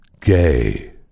gay